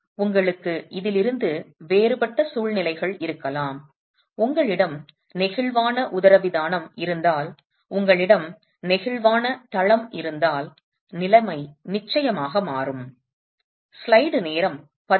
உங்களுக்கு இதிலிருந்து வேறுபட்ட சூழ்நிலைகள் இருக்கலாம் உங்களிடம் நெகிழ்வான உதரவிதானம் இருந்தால் உங்களிடம் நெகிழ்வான தளம் இருந்தால் நிலைமை நிச்சயமாக மாறும்